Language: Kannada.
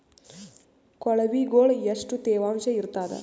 ಕೊಳವಿಗೊಳ ಎಷ್ಟು ತೇವಾಂಶ ಇರ್ತಾದ?